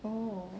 oh